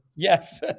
Yes